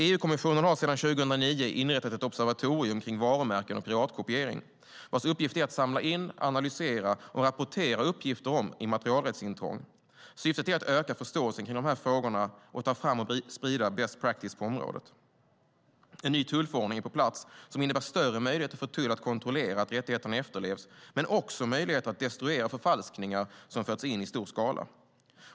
EU-kommissionen har sedan 2009 inrättat ett observatorium för varumärken och piratkopiering vars uppgift är att samla in, analysera och rapportera uppgifter om immaterialrättsintrång. Syftet är att öka förståelsen för de här frågorna och att ta fram och sprida best practice på området. En ny tullförordning är på plats som innebär större möjligheter för tull att kontrollera att rättigheterna efterlevs, men också möjligheter att destruera förfalskningar som förs in i stor skala.